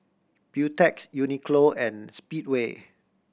Beautex Uniqlo and Speedway